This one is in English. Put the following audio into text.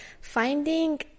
finding